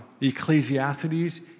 Ecclesiastes